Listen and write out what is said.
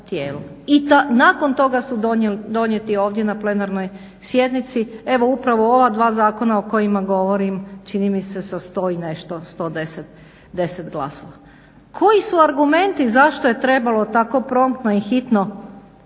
I nakon toga donijeti ovdje na plenarnoj sjednici evo upravo ova dva zakona o kojima govorim čini mi se sa 100 i nešto 110 glasova. Koji su argumenti zašto je trebalo tako promptno i hitno